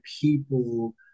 people